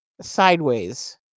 sideways